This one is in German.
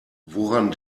woran